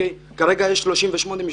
כרגע יש 38 משפחות.